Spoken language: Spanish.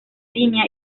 línea